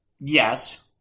Yes